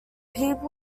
people